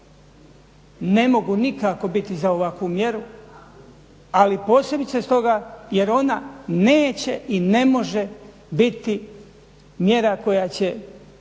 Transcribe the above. ne mogu nikako biti za ovakvu mjeru, ali posebice stoga jer ona neće i ne može biti mjera koja će